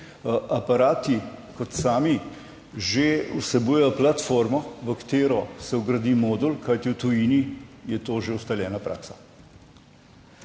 Aparati, kot sami že vsebujejo platformo, v katero se vgradi modul, kajti v tujini je to že ustaljena praksa.